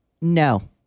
No